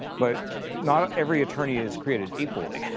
but not every attorney is created equally,